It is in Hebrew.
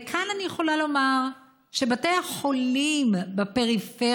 וכאן אני יכולה לומר שבתי החולים בפריפריה